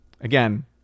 Again